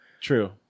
True